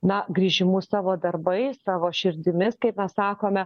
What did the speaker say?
na grįžimu savo darbais savo širdimis kaip mes sakome